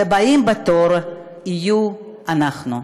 והבאים בתור יהיו אנחנו.